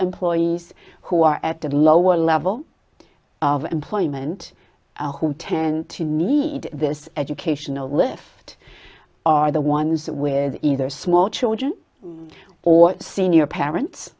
employees who are at the lower level of employment who tend to need this educational lift are the ones that with either small children or senior parents